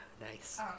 Nice